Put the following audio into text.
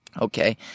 Okay